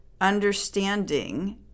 understanding